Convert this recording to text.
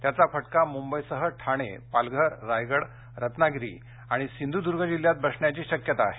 त्याचा फटका मृंबईसह ठाणे पालघर रायगड रत्नागिरी आणि सिंध्दूर्ग जिल्ह्यात बसण्याची शक्यता आहे